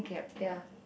ya